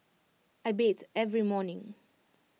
I bathe every morning